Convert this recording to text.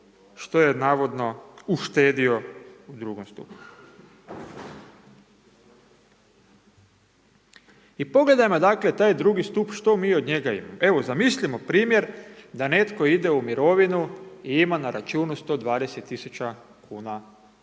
što je navodno uštedio u drugom stupu. I pogledajmo dakle taj drugi stup što mi od njega imamo, evo zamislimo primjer da netko ide u mirovinu i ima na računu 120 000 kuna,